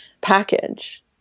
package